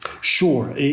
Sure